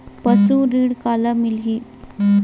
पशु ऋण काला मिलही?